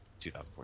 2014